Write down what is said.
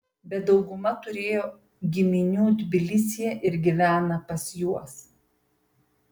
bet dauguma turėjo giminių tbilisyje ir gyvena pas juos